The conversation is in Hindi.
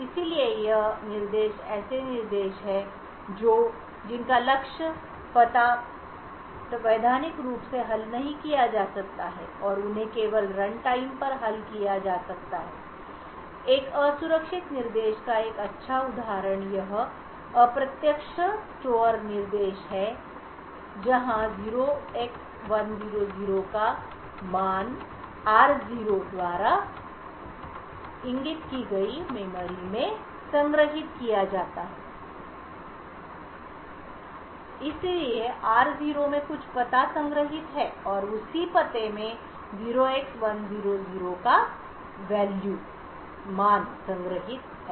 इसलिए ये असुरक्षित निर्देश ऐसे निर्देश हैं जिनका लक्ष्य पता वैधानिक रूप से हल नहीं किया जा सकता है और उन्हें केवल रनटाइम पर हल किया जा सकता है एक असुरक्षित निर्देश का एक अच्छा उदाहरण यह अप्रत्यक्ष स्टोर निर्देश है जहां 0x100 का मान r not द्वारा इंगितकी गई मेमोरी में संग्रहीत किया जाता है इसलिए r naught में कुछ पता संग्रहीत है और उसी पते में 0x100 का मानसंग्रहीत है